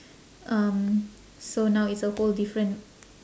um so now it's a whole different